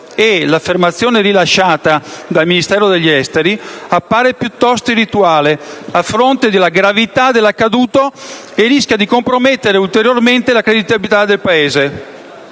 l'affermazione rilasciata dal Ministero degli affari esteri appare piuttosto irrituale, a fronte della gravità dell'accaduto, e rischia di compromettere ulteriormente la credibilità del Paese.